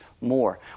more